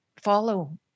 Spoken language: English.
follow